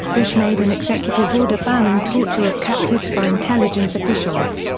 bush made an executive order banning torture of captives by intelligence officials.